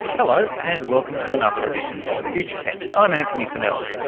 hello and welcome to another edition of future tense. i'm antony funnell.